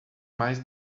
mais